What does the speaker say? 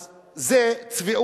אז זאת צביעות,